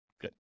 Good